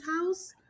House